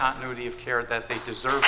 continuity of care that they deserve